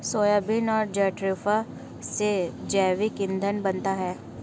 soybean और jatropha से जैविक ईंधन बनता है